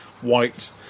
white